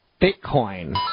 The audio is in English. Bitcoin